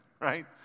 right